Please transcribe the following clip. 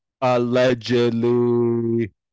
Allegedly